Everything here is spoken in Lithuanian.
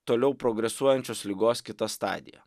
toliau progresuojančios ligos kita stadija